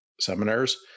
seminars